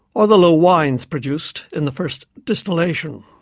or the low wines produced in the first distillation.